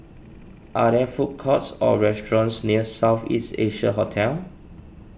are there food courts or restaurants near South East Asia Hotel